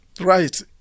Right